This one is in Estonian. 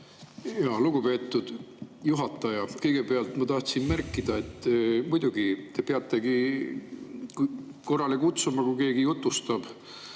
Lugupeetud juhataja! Kõigepealt ma tahtsin märkida, et muidugi te peategi korrale kutsuma, kui keegi jutustab,